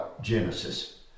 Genesis